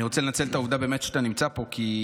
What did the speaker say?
אני רוצה לנצל את העובדה שאתה נמצא פה באמת,